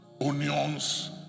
onions